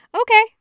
Okay